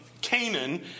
Canaan